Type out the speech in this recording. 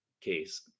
case